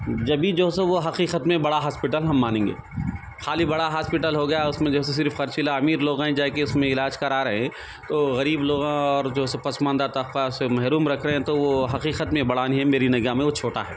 جبھی جو ہے سو وہ حقیقت میں بڑا ہاسپیٹل ہم مانیں گے خالی بڑا ہاسپیٹل ہو گیا اس میں جو ہے سو صرف خرچیلا امیر لوگاں جا کے علاج کرا رہے تو غریب لوگاں اور جو ہے سو پسماندہ طبقہ سے محروم رکھ رہے ہیں تو حقیقت میں بڑا نہیں میری نگاہ میں وہ چھوٹا ہے